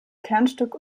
kernstück